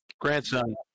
Grandson